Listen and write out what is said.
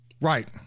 right